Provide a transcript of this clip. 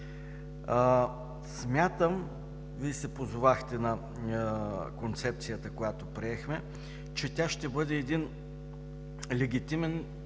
Смятам – Вие се позовахте на концепцията, която приехме, че тя ще бъде един легитимен,